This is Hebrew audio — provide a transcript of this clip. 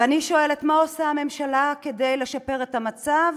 ואני שואלת: מה עושה הממשלה כדי לשפר את המצב?